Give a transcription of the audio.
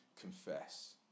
confess